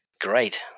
Great